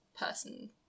person